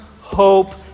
hope